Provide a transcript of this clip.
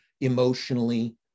emotionally